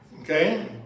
Okay